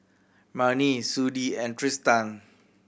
Marnie Sudie and Tristan